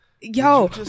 yo